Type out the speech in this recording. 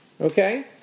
Okay